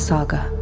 Saga